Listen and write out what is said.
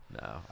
No